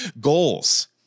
Goals